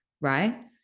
Right